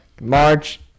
March